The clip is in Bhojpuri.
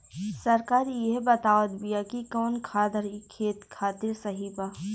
सरकार इहे बतावत बिआ कि कवन खादर ई खेत खातिर सही बा